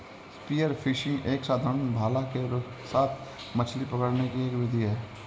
spear fishing एक साधारण भाला के साथ मछली पकड़ने की एक विधि है